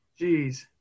Jeez